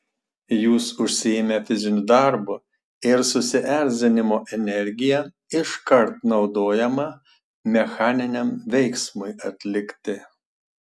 jūs užsiėmę fiziniu darbu ir susierzinimo energija iškart naudojama mechaniniam veiksmui atlikti